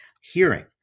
hearing